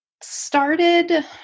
started